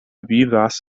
vivas